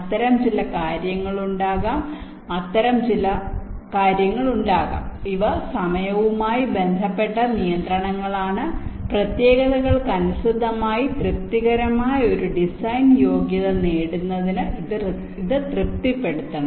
അത്തരം ചില കാര്യങ്ങളുണ്ടാകാം ഇഅത്തരം ചില കാര്യങ്ങളുണ്ടാകാം ഇവ സമയവുമായി ബന്ധപ്പെട്ട നിയന്ത്രണങ്ങളാണ് പ്രത്യേകതകൾക്കനുസൃതമായി തൃപ്തികരമായ ഒരു ഡിസൈൻ യോഗ്യത നേടുന്നതിന് ഇത് തൃപ്തിപ്പെടുത്തണം